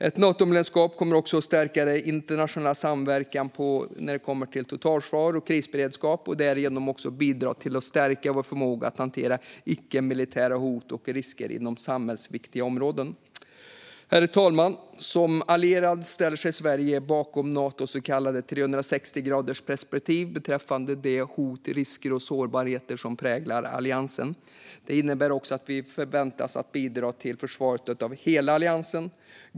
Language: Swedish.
Ett Natomedlemskap kommer också att stärka den internationella samverkan när det kommer till totalförsvar och krisberedskap och därigenom bidra till att stärka vår förmåga att hantera icke-militära hot och risker inom samhällsviktiga områden. Herr talman! Som allierad ställer sig Sverige bakom Natos så kallade 360-gradersperspektiv beträffande de hot, risker och sårbarheter som präglar alliansen. Det innebär också att vi förväntas bidra till försvaret av hela alliansen.